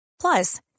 Plus